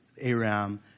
Aram